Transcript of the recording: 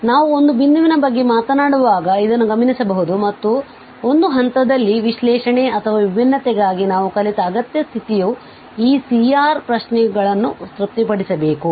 ಆದ್ದರಿಂದ ನಾವು ಒಂದು ಬಿಂದುವಿನ ಬಗ್ಗೆ ಮಾತನಾಡುವಾಗ ಇದನ್ನು ಗಮನಿಸಬಹುದು ಮತ್ತು ಒಂದು ಹಂತದಲ್ಲಿ ವಿಶ್ಲೇಷಣೆ ಅಥವಾ ವಿಭಿನ್ನತೆಗಾಗಿ ನಾವು ಕಲಿತ ಅಗತ್ಯ ಸ್ಥಿತಿಯು ಈ C R ಪ್ರಶ್ನೆಗಳನ್ನು ತೃಪ್ತಿಪಡಿಸಬೇಕು